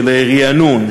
של רענון,